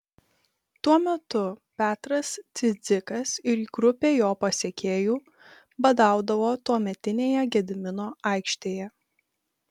tuo metu petras cidzikas ir grupė jo pasekėjų badaudavo tuometinėje gedimino aikštėje